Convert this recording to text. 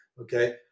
Okay